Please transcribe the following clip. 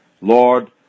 Lord